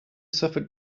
suffered